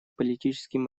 политическим